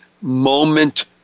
moment